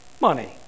Money